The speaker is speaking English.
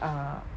ah